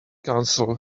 council